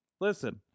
listen